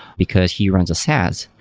because he runs a saas.